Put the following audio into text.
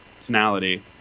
tonality